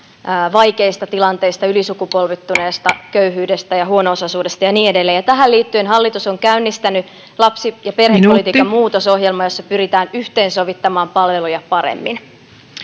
vaikeista tilanteista ylisukupolvittuneesta köyhyydestä ja huono osaisuudesta ja niin edelleen ja tähän liittyen hallitus on käynnistänyt lapsi ja perhepolitiikan muutosohjelman jossa pyritään yhteensovittamaan palveluja paremmin